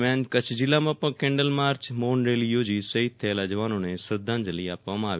દરમ્યાન જીલ્લામાં candle march મૌન રેલી યોજી સહિદ થયેલ જવાનોને શ્રધ્ધાંજલિ આપવામાં આવી